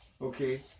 Okay